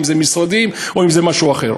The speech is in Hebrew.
במשרדים או אם זה משהו אחר,